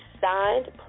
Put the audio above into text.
signed